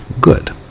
good